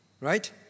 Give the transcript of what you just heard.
right